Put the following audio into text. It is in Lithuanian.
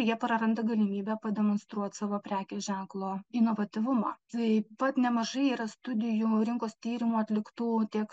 jie praranda galimybę pademonstruot savo prekės ženklo inovatyvumą taip pat nemažai yra studijų rinkos tyrimų atliktų tiek